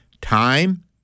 time